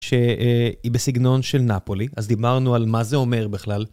שהיא בסגנון של נאפולי, אז דיברנו על מה זה אומר בכלל.